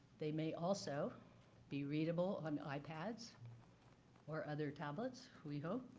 they may also be readable on ipads or other tablets, we hope,